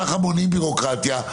כך מונעים ביורוקרטיה.